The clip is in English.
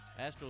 Astros